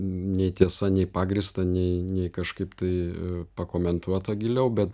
nei tiesa nei pagrįsta nei nei kažkaip tai pakomentuota giliau bet